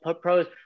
pros